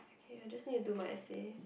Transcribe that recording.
okay I just need to do my essay